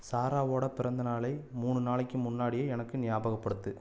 சாராவோட பிறந்தநாளை மூணு நாளைக்கு முன்னாடியே எனக்கு ஞாபகப்படுத்து